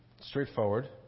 straightforward